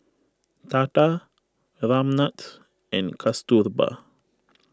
Tata Ramnath and Kasturba